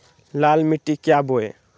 लाल मिट्टी क्या बोए?